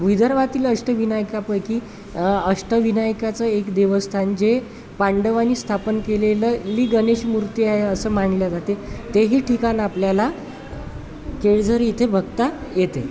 विदर्भातील अष्टविनायकापैकी अष्टविनायकाचं एक देवस्थान जे पांडवानी स्थापन केलेलं ली गणेश मूर्ती आहे असं मानले जाते तेही ठिकाण आपल्याला केळझर इथे बघता येते